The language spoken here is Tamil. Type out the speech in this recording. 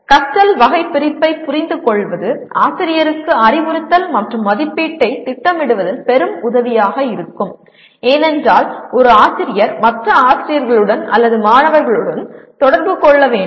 கற்றல் வகைபிரிப்பைப் புரிந்துகொள்வது ஆசிரியருக்கு அறிவுறுத்தல் மற்றும் மதிப்பீட்டைத் திட்டமிடுவதில் பெரும் உதவியாக இருக்கும் ஏனென்றால் ஒரு ஆசிரியர் மற்ற ஆசிரியர்களுடன் அல்லது மாணவர்களுடன் தொடர்பு கொள்ள வேண்டும்